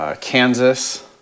Kansas